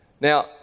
now